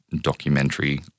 documentary